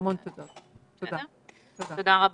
תודה רבה.